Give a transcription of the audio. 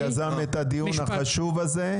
ואני מודה לחבר הכנסת טיבי שיזם את הדיון החשוב הזה.